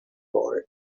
for